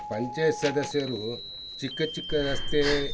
ಪಂಚಾಯತಿ ಸದಸ್ಯರು ಚಿಕ್ಕ ಚಿಕ್ಕ ರಸ್ತೆ